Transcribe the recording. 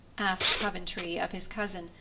asked coventry of his cousin,